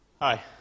Hi